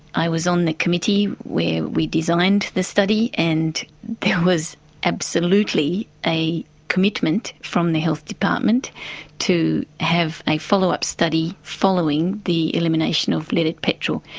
i was on the committee where we designed the study and there was absolutely a commitment from the health department to have a follow-up study following the elimination of leaded petrol,